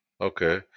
Okay